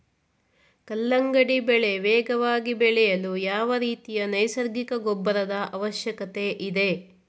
ಕಲ್ಲಂಗಡಿ ಬೆಳೆ ವೇಗವಾಗಿ ಬೆಳೆಯಲು ಯಾವ ರೀತಿಯ ನೈಸರ್ಗಿಕ ಗೊಬ್ಬರದ ಅವಶ್ಯಕತೆ ಇದೆ?